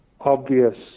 obvious